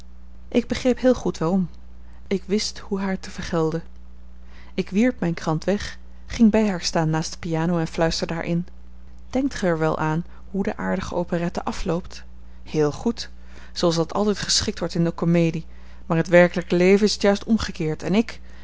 ik begreep heel goed waarom ik wist hoe haar te vergelden ik wierp mijn krant weg ging bij haar staan naast de piano en fluisterde haar in denkt ge er wel aan hoe de aardige operette afloopt heel goed zooals dat altijd geschikt wordt in de komedie maar in t werkelijke leven is het juist omgekeerd en ik